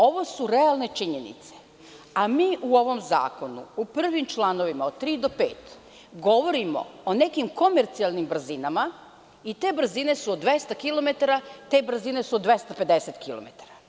Ovo su realne činjenice, a mi u ovom zakonu u prvim članovima od 3. do 5. govorimo o nekim komercijalnim brzinama i te brzine su od 200 kilometara, te brzine su od 250 kilometara.